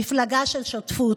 מפלגה של שותפות.